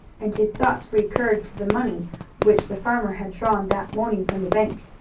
and his thoughts recurred to the money which the farmer had drawn that morning from the bank.